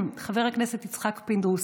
חבר הכנסת יצחק פינדרוס,